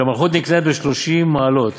שהמלכות נקנית בשלושים מעלות,